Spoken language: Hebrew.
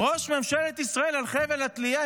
ראש ממשלת ישראל על חבל התלייה.